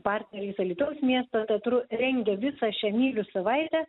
partneriais alytaus miesto teatru rengia visą šią myliu savaitę